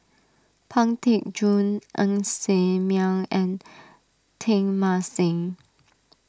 Pang Teck Joon Ng Ser Miang and Teng Mah Seng